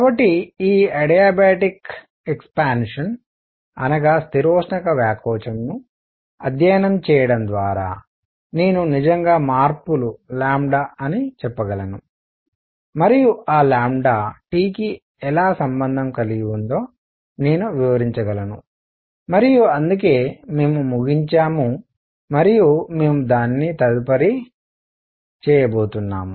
కాబట్టి ఈ adiabatic expansion స్థిరోష్ణక వ్యాకోచమును అధ్యయనం చేయడం ద్వారా నేను నిజంగా మార్పులు అని చెప్పగలను మరియు ఆ లాంబ్డా T కి ఎలా సంబంధం కలిగి ఉందో నేను వివరించగలను మరియు అందుకే మేము ముగించాము మరియు మేము దానిని తదుపరి చేయబోతున్నాం